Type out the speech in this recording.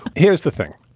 here's the thing.